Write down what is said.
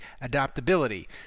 adaptability